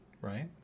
right